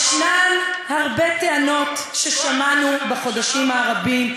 יש הרבה טענות ששמענו בחודשים הרבים,